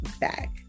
back